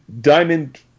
Diamond